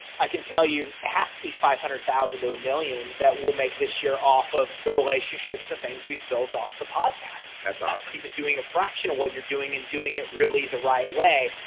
i can tell you has to be five hundred thousand to a million that will make this year off of the relationships and things we've built off the podcast. that's awesome even doing a fraction of what you're doing and doing it really the right way.